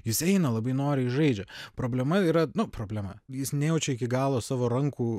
jis eina labai noriai žaidžia problema yra nu problema jis nejaučia iki galo savo rankų